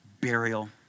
burial